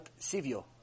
Sivio